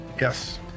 Yes